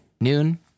Noon